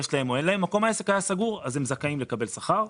מקום העסק היה סגור והם זכאים לקבל שכר.